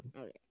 Okay